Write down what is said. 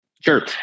Sure